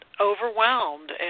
overwhelmed